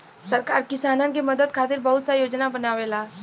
सरकार किसानन के मदद खातिर बहुत सा योजना बनावेला